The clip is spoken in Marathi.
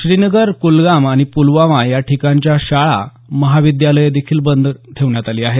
श्रीनगर कुलगाम आणि पुलवामा या ठिकाणच्या शाळा आणि महाविद्यालयं देखील बंद ठेवण्यात आली आहेत